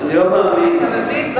אתה מבין?